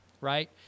right